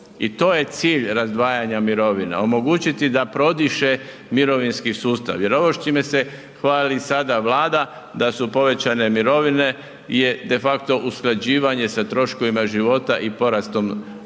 I to je cilj razdvajanja mirovina, omogućiti da prodiše mirovinski sustav. Jer ovo s čime se hvali sada Vlada da su povećane mirovine je de facto usklađivanje sa troškovima života i porastom plaća,